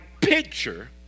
picture